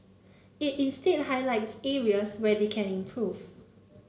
it instead highlights areas where they can improve